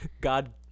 God